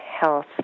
health